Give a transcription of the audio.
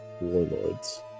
warlords